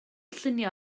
lluniau